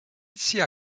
sia